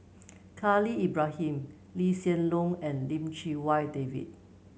Khalil Ibrahim Lee Hsien Loong and Lim Chee Wai David